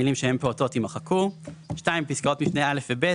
המילים "שהם פעוטות" יימחקו; בפסקאות משנה (א) ו-(ב),